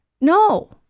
No